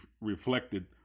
reflected